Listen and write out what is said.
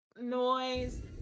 noise